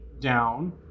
down